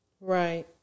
Right